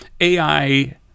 AI